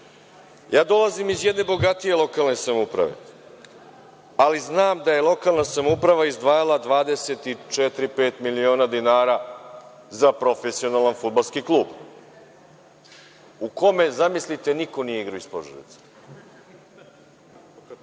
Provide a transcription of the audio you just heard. Dolazim iz jedne bogatije lokalne samouprave, ali znam da je lokalna samouprava izdvajala 24,25 miliona dinara za profesionalan fudbalski klub u kome, zamislite, niko nije igrao iz Požarevca.